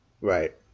Right